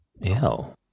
Ew